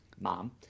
mom